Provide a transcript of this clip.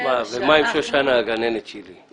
ומה עם שושנה הגננת שלי?